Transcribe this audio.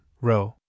row